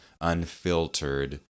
unfiltered